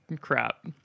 crap